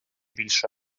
більше